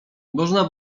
można